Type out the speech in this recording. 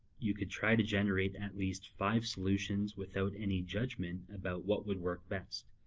you can try to generate at least five solutions without any judgement about what would work best,